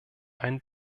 einen